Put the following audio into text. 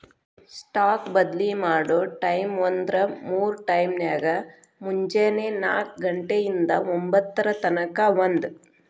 stock ಬದ್ಲಿ ಮಾಡೊ ಟೈಮ್ವ್ಂದ್ರ ಮೂರ್ ಟೈಮ್ನ್ಯಾಗ, ಮುಂಜೆನೆ ನಾಕ ಘಂಟೆ ಇಂದಾ ಒಂಭತ್ತರ ತನಕಾ ಒಂದ್